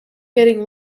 getting